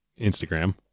Instagram